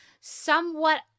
somewhat